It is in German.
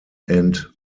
and